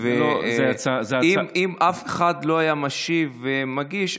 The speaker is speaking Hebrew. אם אף אחד לא היה משיב ומגיש,